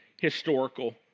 historical